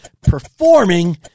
performing